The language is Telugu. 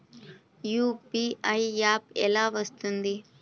యూ.పీ.ఐ యాప్ ఎలా వస్తుంది?